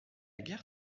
guerre